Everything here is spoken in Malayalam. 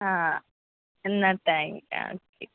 ആ എന്നാൽ താങ്ക് ഓക്കെ